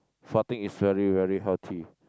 farting is very very healthy